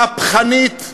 מהפכנית,